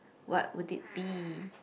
what would it be